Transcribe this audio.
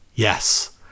Yes